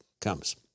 comes